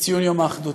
בציון יום האחדות.